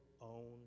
own